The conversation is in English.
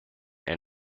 and